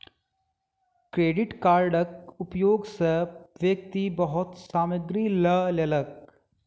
credit कार्डक उपयोग सॅ व्यक्ति बहुत सामग्री लअ लेलक